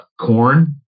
corn